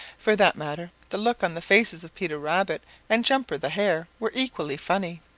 for that matter, the looks on the faces of peter rabbit and jumper the hare were equally funny.